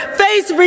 face